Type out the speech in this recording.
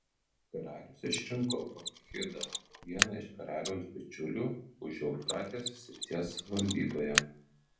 karalius išrinko bakchidą vieną iš karaliaus bičiulių užeufratės srities valdytoją